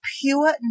pure